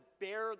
bear